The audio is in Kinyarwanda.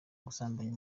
gusambanya